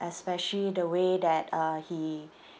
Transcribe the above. especially the way that uh he